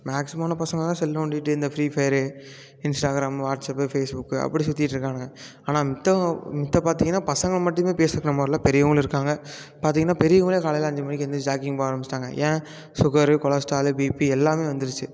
maximum ஆனால் பசங்க தான் செல் நோட்டிகிட்டு இந்த Free Fire Instagram WhatsApp Facebook அப்படி சுற்றிட்டு இருக்கானுங்க ஆனால் மித்தவங்க மத்த பார்த்திங்கன்னா பசங்க மட்டுமே பெரியவங்களும் இருக்காங்க பார்த்திங்கன்னா பெரியவங்களே காலையில் அஞ்சு மணிக்கு எந்திரிச்சு ஜாக்கிங் போக ஆரமிச்சிவிட்டாங்க ஏன் சுகரு கொலஸ்ட்டாலு பிப்பி எல்லாமே வந்துடுச்சு